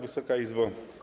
Wysoka Izbo!